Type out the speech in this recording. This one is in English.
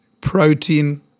protein